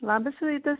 labas rytas